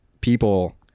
people